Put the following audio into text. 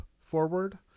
forward